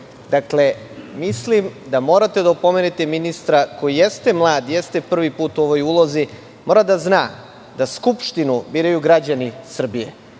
poslanik. Mislim da morate da opomenete ministra, koji jeste mlad i jeste prvi put u ovoj ulozi. Mora da zna da Skupštinu biraju građani Srbije